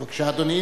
בבקשה, אדוני.